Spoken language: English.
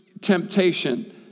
temptation